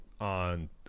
on